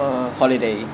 uh holiday